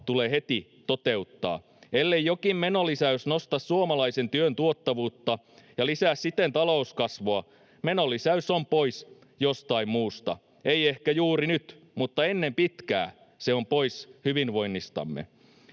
tulee heti toteuttaa. Ellei jokin menolisäys nosta suomalaisen työn tuottavuutta ja lisää siten talouskasvua, menolisäys on pois jostain muusta. Ei ehkä juuri nyt, mutta ennen pitkää se on pois hyvinvoinnistamme.